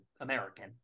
American